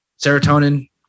serotonin